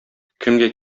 кемгә